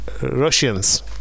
Russians